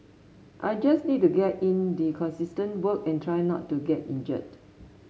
I just need to get in the consistent work and try not to get injured